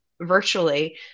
virtually